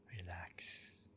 relax